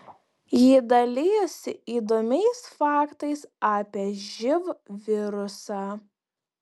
ji dalijosi įdomiais faktais apie živ virusą